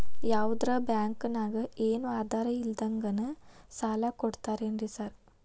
ಯಾವದರಾ ಬ್ಯಾಂಕ್ ನಾಗ ಏನು ಆಧಾರ್ ಇಲ್ದಂಗನೆ ಸಾಲ ಕೊಡ್ತಾರೆನ್ರಿ ಸಾರ್?